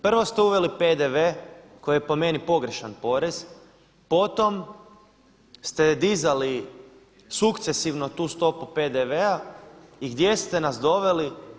Prvo ste uveli PDV koji je po meni pogrešan porez, potom ste dizali sukcesivno tu stopu PDV-a i gdje ste nas doveli?